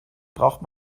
braucht